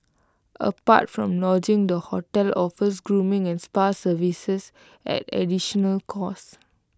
apart from lodgings the hotel offers grooming and spa services at additional cost